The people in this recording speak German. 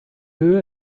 höhe